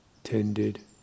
tended